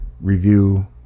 review